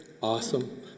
Awesome